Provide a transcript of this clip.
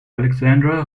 alexandra